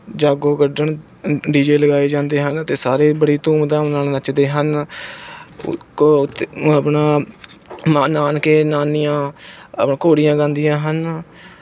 ਜਾਗੋ ਕੱਢਣ D J ਲਗਾਏ ਜਾਂਦੇ ਹਨ ਅਤੇ ਸਾਰੇ ਬੜੀ ਧੂਮਧਾਮ ਨਾਲ ਨੱਚਦੇ ਹਨ ਆਪਣਾ ਨਾ ਨਾਨਕੇ ਨਾਨੀਆਂ ਘੋੜੀਆਂ ਆਪਣਾ ਗਾਉਂਦੀਆਂ ਹਨ